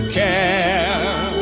care